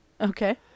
Okay